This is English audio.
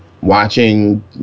watching